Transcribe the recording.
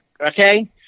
Okay